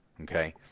okay